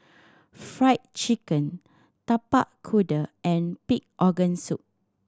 Fried Chicken Tapak Kuda and pig organ soup